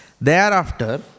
Thereafter